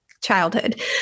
childhood